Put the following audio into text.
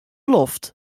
loft